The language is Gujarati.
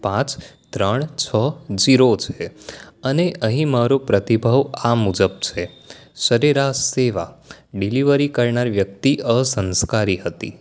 પાંચ ત્રણ છ ઝીરો છે અને અહીં મારો પ્રતિભાવ આ મુજબ છે સરેરાશ સેવા ડિલિવરી કરનાર વ્યક્તિ અસંસ્કારી હતી